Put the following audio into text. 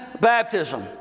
baptism